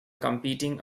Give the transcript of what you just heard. competing